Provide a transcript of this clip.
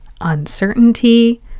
uncertainty